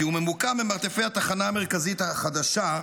כי הוא ממוקם במרתפי התחנה המרכזית החדשה,